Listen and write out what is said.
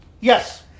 Yes